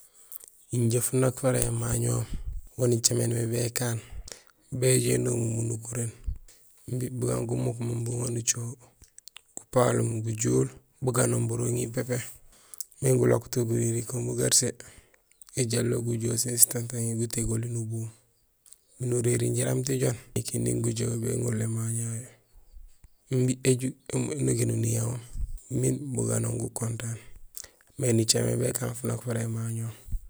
Injé funak fara émañohoom, waan icaméén mé békaan, béjoow inomul munukuréén imbi bugaan gumuk mo miin uŋa nucoho. Gupalomm gujool buganoom buroŋil pépé miin gulakoto guréri kun bugarsee, éjalo gujool sin sitantaŋil guyégoli nuboom miin uréri jaraam tijoon ñé kinding gujoow béŋorul émaño yayu imbi éju énogénul niyaŋoom miin buganoom gukontaan. Mé nicaméén mé békaan funak fara émañohoom.